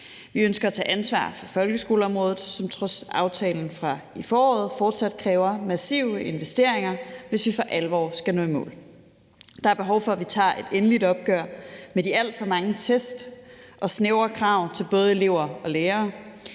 Vi ønsker at tage ansvar for folkeskoleområdet, som trods aftalen fra foråret fortsat kræver massive investeringer, hvis vi for alvor skal nå i mål. Der er behov for, at vi tager et endeligt opgør med de alt for mange test og snævre krav til både elever og lærere.